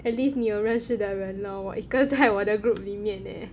at least 你有认识的 lor 我一个人在我的 group 里面 leh